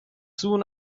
soon